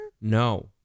No